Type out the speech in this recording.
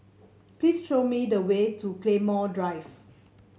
please show me the way to Claymore Drive